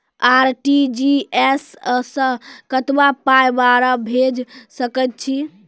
RTGS सअ कतबा पाय बाहर भेज सकैत छी?